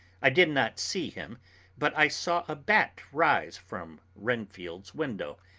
i did not see him but i saw a bat rise from renfield's window,